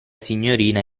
signorina